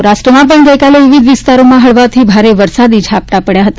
સૌરાષ્ટ્રમાં પણ ગઈકાલે વિવિધ વિસ્તારોમાં હળવા થી ભારે વરસાદી ઝાપટા પડયા હતા